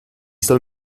soll